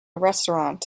restaurant